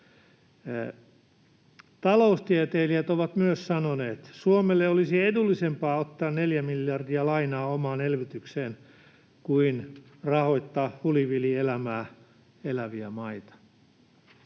Taloustieteilijät ovat myös sanoneet, että Suomelle olisi edullisempaa ottaa 4 miljardia lainaa omaan elvytykseen kuin rahoittaa hulivilielämää eläviä maita.